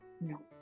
No